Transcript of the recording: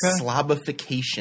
Slobification